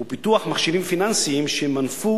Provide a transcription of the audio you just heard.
הוא פיתוח מכשירים פיננסיים שימנפו